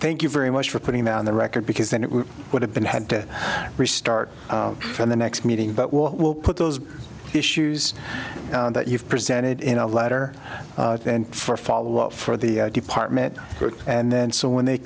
thank you very much for putting me on the record because then it would have been had to restart from the next meeting but will put those issues that you've presented in a letter for follow up for the department and then so when they